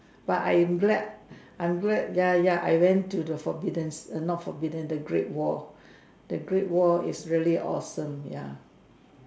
but I'm glad I'm glad ya ya I went to the forbidden ci~ not forbidden the great wall the great wall is really awesome ya